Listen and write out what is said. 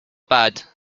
bad